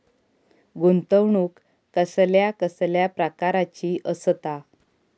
गुंतवणूक कसल्या कसल्या प्रकाराची असता?